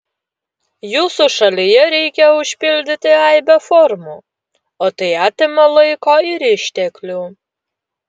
jūsų šalyje reikia užpildyti aibę formų o tai atima laiko ir išteklių